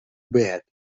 bed